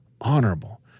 honorable